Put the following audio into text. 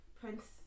prince